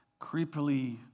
creepily